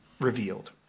revealed